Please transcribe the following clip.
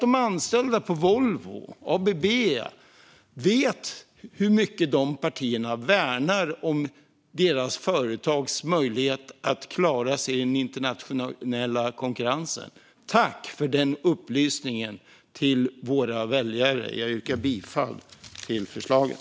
De anställda på Volvo och ABB får nu veta hur mycket dessa partier värnar om möjligheten för deras företag att klara sig i den internationella konkurrensen. Tack för denna upplysning till alla väljare! Jag yrkar bifall till förslaget.